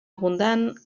abundant